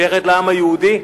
היא שייכת לעם היהודי,